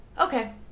okay